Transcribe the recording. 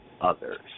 others